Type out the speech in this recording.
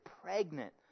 pregnant